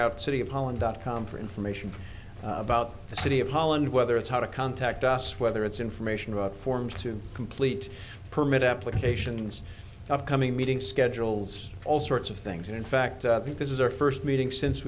out city of holland dot com for information about the city of holland whether it's how to contact us whether it's information about forms to complete permit applications upcoming meeting schedules all sorts of things in fact i think this is our first meeting since